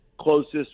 Closest